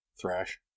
thrash